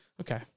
okay